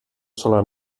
sola